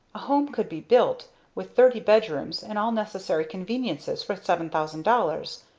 a home could be built, with thirty bedrooms and all necessary conveniences for seven thousand dollars.